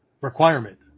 requirement